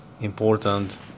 important